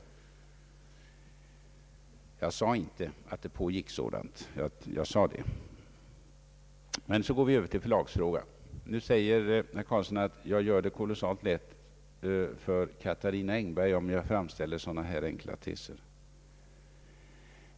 Jag sade dock inte att det pågick något sådant här i Sverige för närvarande. Så övergår jag till förlagsfrågan. Herr Carlsson säger att jag gör det kolossalt lätt för Katarina Engberg om jag framställer sådana här enkla teser.